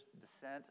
descent